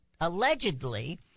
allegedly